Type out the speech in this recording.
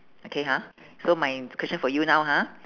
okay ha so my question for you now ha